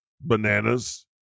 Bananas